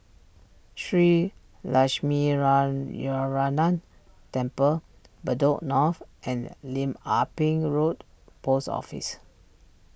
Shree lash me run your run nan Temple Bedok North and Lim Ah Pin Road Post Office